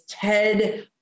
TED